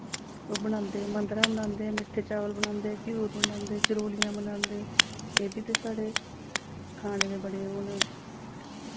ओह् बनांदे मद्धरा बनांदे मिट्ठे चावल बनांदे घ्यूर बनांदे चरूलियां बनांदे एह् बी ते साढ़े खाने दे बड़े ओह् न